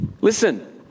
listen